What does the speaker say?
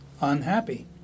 unhappy